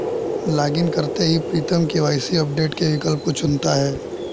login करते ही Pritam KYC update के विकल्प को चुनता है